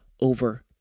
over